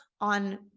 on